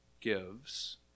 gives